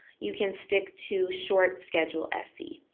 you can stick to short schedule se.